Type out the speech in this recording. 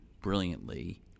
Brilliantly